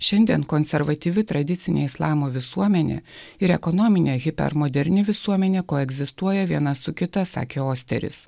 šiandien konservatyvi tradicinė islamo visuomenė ir ekonominė hipiai ar moderni visuomenė koegzistuoja viena su kita sakė osteris